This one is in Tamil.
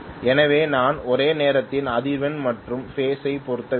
எனவே நான் ஒரே நேரத்தில் அதிர்வெண் மற்றும் பேஸ் ஐ பொருந்த வேண்டும்